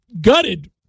gutted